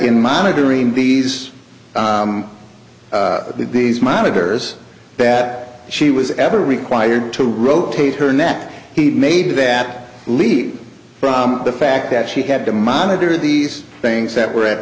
in monitoring these these monitors that she was ever required to rotate her neck he made that leap from the fact that she had to monitor these things that were at